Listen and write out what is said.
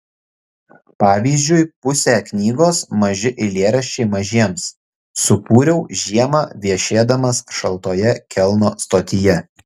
pavyzdžiui pusę knygos maži eilėraščiai mažiems sukūriau žiemą viešėdamas šaltoje kelno stotyje